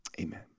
Amen